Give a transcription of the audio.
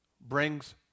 brings